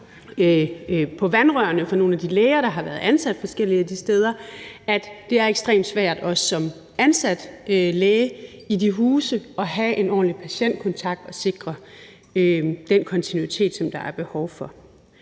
på vandrørene fra nogle af de læger, der har været ansat forskellige af de steder, at det er ekstremt svært også som ansat læge i de huse at have en ordentlig patientkontakt og sikre den kontinuitet, som der er behov for.